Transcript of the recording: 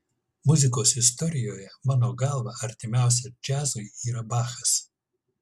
muzikos istorijoje mano galva artimiausias džiazui yra bachas